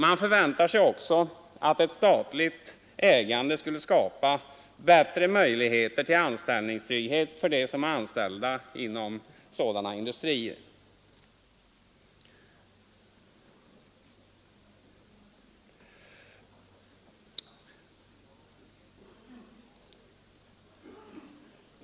Man förväntar sig även att ett statligt ägande skulle skapa bättre möjligheter till anställningstrygghet för dem som arbetar inom sådana industrier.